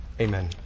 Amen